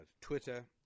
Twitter